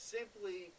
Simply